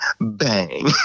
bang